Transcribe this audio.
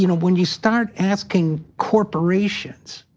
you know when you start asking corporations.